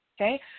Okay